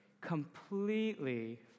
completely